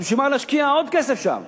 אז בשביל מה להשקיע עוד כסף שם?